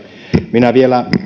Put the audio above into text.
minä vielä